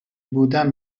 بودم